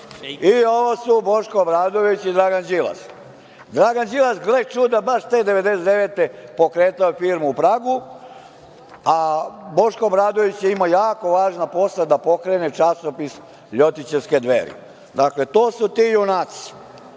ovo su Boško Obradović i Dragan Đilas. Dragan Đilas, gle čuda baš te 1999. godine, pokretao je firmu u Pragu, a Boško Obradović je imao jako važna posla da pokrene časopis ljotićevske Dveri. Dakle, to su ti junaci.Za